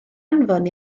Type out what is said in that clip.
anfon